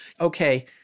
Okay